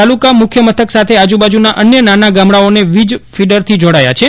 તાલુકા મુખ્ય મથક સાથે આજુબાજુના અન્ય નાના ગામડાઓને વીજ ફીડરથી જોડાયા છે